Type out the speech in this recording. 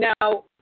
Now